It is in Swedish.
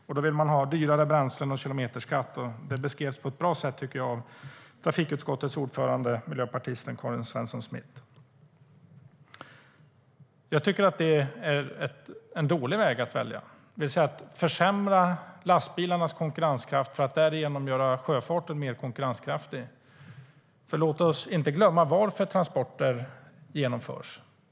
Ni vill ha dyrare bränslen och kilometerskatt, vilket beskrevs på ett bra sätt av trafikutskottets ordförande, miljöpartisten Karin Svensson Smith.Det är en dålig väg att välja att försämra lastbilarnas konkurrenskraft för att göra sjöfarten mer konkurrenskraftig. Låt oss inte glömma varför transporter genomförs.